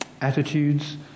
attitudes